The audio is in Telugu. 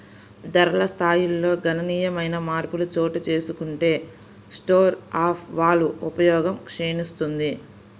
ధరల స్థాయిల్లో గణనీయమైన మార్పులు చోటుచేసుకుంటే స్టోర్ ఆఫ్ వాల్వ్ ఉపయోగం క్షీణిస్తుంది